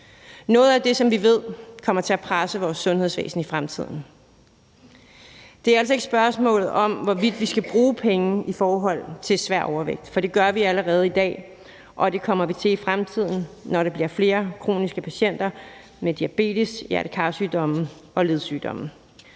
noget af det, som vi ved kommer til at presse vores sundhedsvæsen i fremtiden. Det er altså ikke et spørgsmål om, hvorvidt vi skal bruge penge i forhold til svær overvægt, for det gør vi allerede i dag, og det kommer vi til i fremtiden, når der bliver flere kroniske patienter med diabetes, hjerte-kar-sygdomme og ledsygdomme.